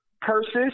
purses